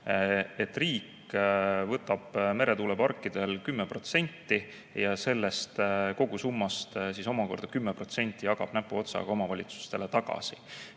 et riik võtab meretuuleparkide puhul 10% ja sellest kogusummast omakorda 10% jagab näpuotsaga omavalitsustele tagasi.